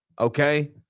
okay